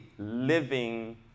living